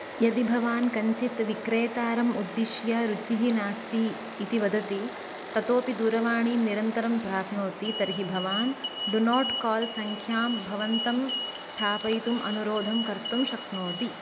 यदि भवान् कञ्चित् विक्रेतारम् उद्दिश्य रुचिः नास्ति इति वदति ततोऽपि दूरवाणीं निरन्तरं प्राप्नोति तर्हि भवान् डु नोट् काल् सङ्ख्यां भवन्तं स्थापयितुम् अनुरोधं कर्तुं शक्नोति